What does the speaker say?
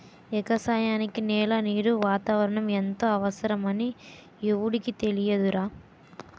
ఎగసాయానికి నేల, నీరు, వాతావరణం ఎంతో అవసరమని ఎవుడికి తెలియదురా